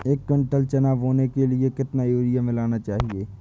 एक कुंटल चना बोने के लिए कितना यूरिया मिलाना चाहिये?